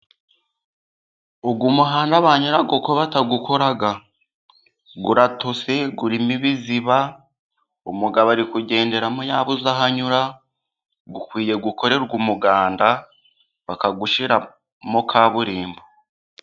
Uyu muhanda ba nyirawo ko batawukora? Uratose urimo ibiziba, umugabo ari kugenderamo yabuze aho anyura, ukwiye gukorerwa umuganda. Bakawushyiramo kaburimbo.